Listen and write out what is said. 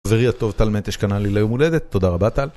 חברי הטוב, טל מטש קנה לי, ליום הולדת, תודה רבה טל.